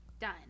done